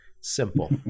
simple